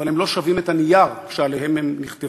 אבל הם לא שווים את הנייר שעליהם הם נכתבו,